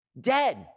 dead